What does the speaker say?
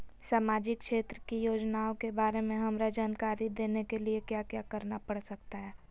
सामाजिक क्षेत्र की योजनाओं के बारे में हमरा जानकारी देने के लिए क्या क्या करना पड़ सकता है?